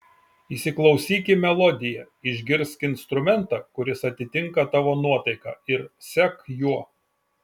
įsiklausyk į melodiją išgirsk instrumentą kuris atitinka tavo nuotaiką ir sek juo